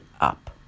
up